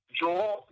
Joel